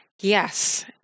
Yes